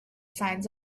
signs